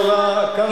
מחליטים.